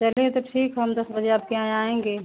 चलिए तो ठीक है हम दस बजे आपके यहाँ आएँगे